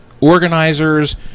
organizers